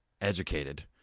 educated